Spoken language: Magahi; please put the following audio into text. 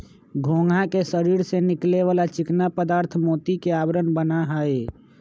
घोंघा के शरीर से निकले वाला चिकना पदार्थ मोती के आवरण बना हई